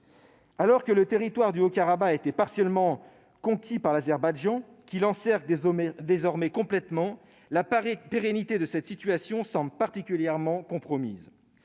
Alors que le territoire du Haut-Karabagh a été partiellement conquis par l'Azerbaïdjan, qui l'encercle désormais complètement, la pérennité de cette situation semble particulièrement compromise.